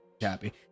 happy